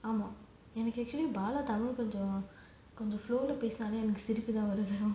ah ஆமா எனக்கு:aamaa ennaku actually bala tamil கொஞ்சம் கொஞ்சம்:konjam konjam flow leh பேசுனாலே சிரிப்பு தான் வருது:pesunaalae siripu thaan varuthu